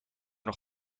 nog